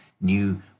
new